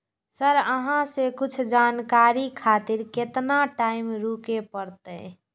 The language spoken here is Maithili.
सर अहाँ से कुछ जानकारी खातिर केतना टाईम रुके परतें?